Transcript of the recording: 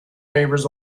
favours